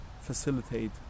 facilitate